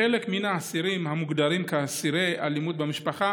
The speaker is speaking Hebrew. לחלק מן האסירים המוגדרים אסירי אלימות במשפחה